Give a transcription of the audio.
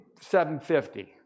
750